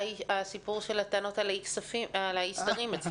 היא הסיפור של הטענות על אי הסדרים אצלכם.